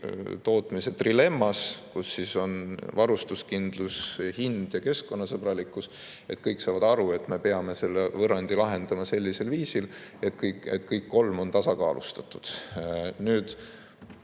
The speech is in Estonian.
elektritootmise trilemmas, kus on varustuskindlus, hind ja keskkonnasõbralikkus, kõik saavad aru, et me peame selle võrrandi lahendama sellisel viisil, et kõik kolm on tasakaalustatud.